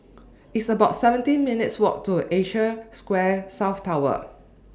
It's about seventeen minutes' Walk to Asia Square South Tower